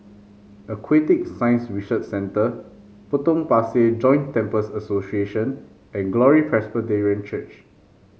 Aquatic Science Research Centre Potong Pasir Joint Temples Association and Glory Presbyterian Church